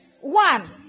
one